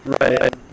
Right